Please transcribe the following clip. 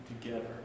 together